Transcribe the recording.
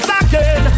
again